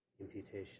imputation